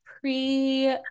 pre